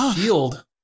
shield